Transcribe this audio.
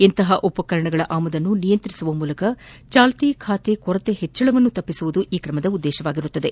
ಇಂತಹ ಉಪಕರಣಗಳ ಆಮದನ್ನು ನಿಯಂತ್ರಿಸುವ ಮೂಲಕ ಚಾಲ್ತಿ ಖಾತೆ ಕೊರತೆ ಹೆಚ್ಚಳವನ್ನು ತಡೆಯುವುದು ಈ ಕ್ರಮದ ಉದ್ಲೇಶವಾಗಿದೆ